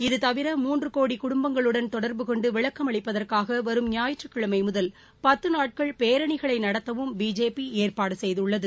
இதுதவிர மூன்று கோடி குடும்பங்களுடன் தொடர்பு கொண்டு விளக்கம் அளிப்பதற்காக வரும் ஞாயிற்றுக்கிழமை முதல் பத்து நாட்கள் பேரணிகளை நடத்தவும் பிஜேபி ஞக்கு ஏற்பாடு செய்துள்ளது